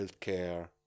healthcare